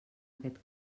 aquest